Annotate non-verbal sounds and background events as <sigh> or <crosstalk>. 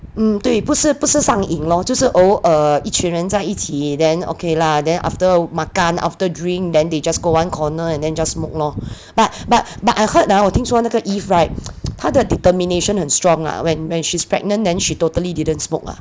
mm 对不是不是上瘾就是偶尔一群人在一起 then okay lah then after makan after drink then they just go one corner and then just smoke lor but but but I heard ah 我听说那个 eve [right] <noise> 她的 determination 很 strong lah when when she's pregnant then she totally didn't smoke ah